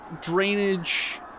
drainage